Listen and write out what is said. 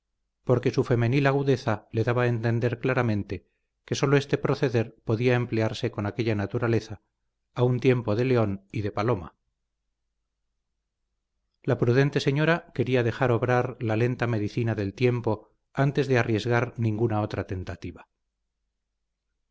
porque su femenil agudeza le daba a entender claramente que sólo este proceder podía emplearse con aquella naturaleza a un tiempo de león y de paloma la prudente señora quería dejar obrar la lenta medicina del tiempo antes de arriesgar ninguna otra tentativa